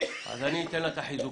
אז אני אתן לה את החיזוקים.